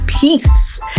peace